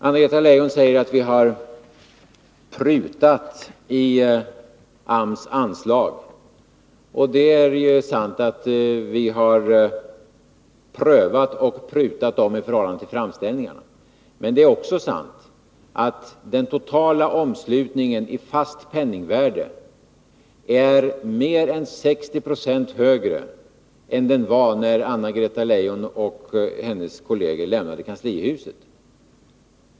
Anna-Greta Leijon säger att vi har prutat i AMS anslag. Det är sant att vi har prövat och prutat dem i förhållande till framställningarna. Men det är 10 Riksdagens protokoll 1981/82:172-173 också sant att den totala omslutningen i fast penningvärde är mer än 60 90 högre än den var när Anna-Greta Leijon och hennes kolleger lämnade kanslihuset.